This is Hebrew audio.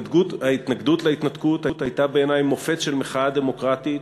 ההתנגדות להתנתקות הייתה בעיני מופת של מחאה דמוקרטית,